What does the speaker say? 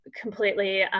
completely